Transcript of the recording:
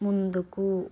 ముందుకు